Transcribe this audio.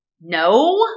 No